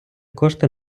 кошти